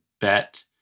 bet